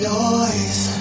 noise